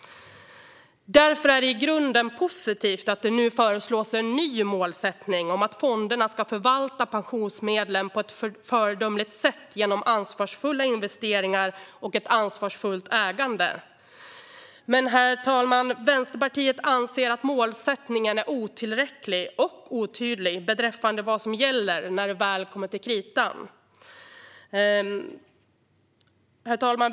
Därför är det i grunden positivt att det nu föreslås en ny målsättning om att fonderna ska förvalta pensionsmedlen på ett föredömligt sätt genom ansvarsfulla investeringar och ett ansvarsfullt ägande. Men, herr talman, Vänsterpartiet anser att målsättningen är otillräcklig och otydlig beträffande vad som gäller när det väl kommer till kritan. Herr talman!